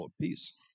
peace